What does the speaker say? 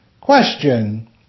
Question